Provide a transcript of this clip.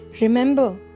remember